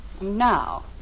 Now